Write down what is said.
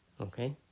Okay